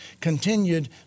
continued